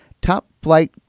top-flight